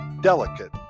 delicate